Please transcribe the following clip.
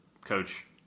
coach